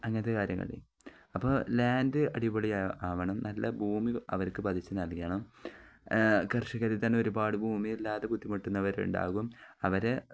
അങ്ങനത്തെ കാര്യങ്ങള് അപ്പോള് ലാൻഡ് അടിപൊളിയാവണം നല്ല ഭൂമി അവർക്ക് പതിച്ചുനല്കണം കർഷകരില്ത്തന്നെ ഒരുപാട് ഭൂമി ഇല്ലാതെ ബുദ്ധിമുട്ടുന്നവരുണ്ടാകും അവരെ